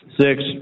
Six